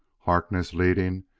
harkness leading,